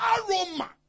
aroma